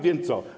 Więc co?